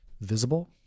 visible